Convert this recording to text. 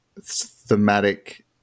thematic